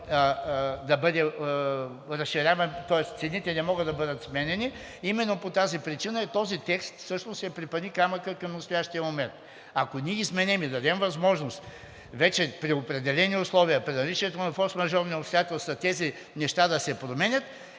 да бъде разширяван, тоест цените не могат да бъдат изменяни, именно по тази причина този текст всъщност е препъникамъкът към настоящия момент. Ако ние изменим и дадем възможност вече при определени условия, при наличието на форсмажорни обстоятелства тези неща да се променят,